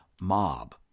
mob